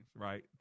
right